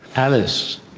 alice,